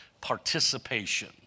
participation